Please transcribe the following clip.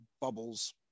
bubbles